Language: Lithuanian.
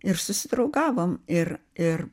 ir susidraugavom ir ir